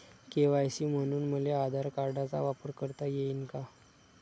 KYC म्हनून मले आधार कार्डाचा वापर करता येईन का?